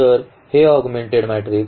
तर हे augmented matrix